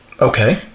Okay